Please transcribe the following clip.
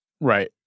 Right